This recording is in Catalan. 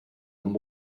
amb